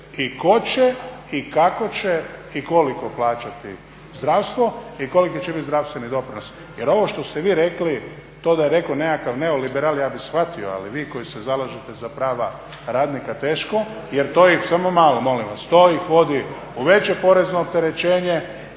i tko će i kako će i koliko plaćati zdravstvo i koliki će biti zdravstveni doprinos. Jer ovo što ste vi rekli to da je rekao nekakav neoliberal ja bih shvatio ali vi koji se zalažete za prava radnika teško jer to … /Upadica se ne razumije./… Samo malo, molim vas. To ih vodi u veće porezno opterećenje